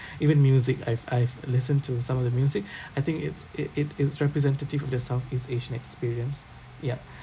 even music I've I've listened to some of the music I think it's it it is representative of the southeast asian experience yup